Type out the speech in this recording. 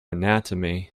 anatomy